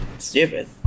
stupid